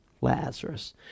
Lazarus